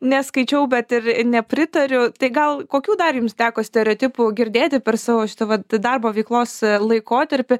neskaičiau bet ir nepritariu tai gal kokių dar jums teko stereotipų girdėti per savo šito vat darbo veiklos laikotarpį